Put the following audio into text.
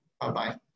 Bye-bye